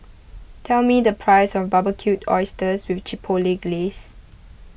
tell me the price of Barbecued Oysters with Chipotle Glaze